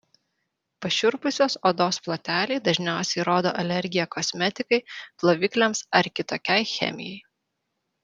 pašiurpusios odos ploteliai dažniausiai rodo alergiją kosmetikai plovikliams ar kitokiai chemijai